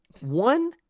One